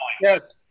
Yes